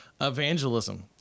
evangelism